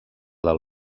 del